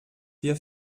wir